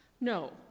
no